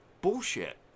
Bullshit